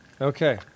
Okay